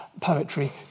poetry